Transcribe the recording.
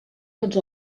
tots